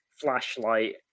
flashlight